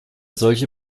solche